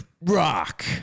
rock